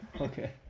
okay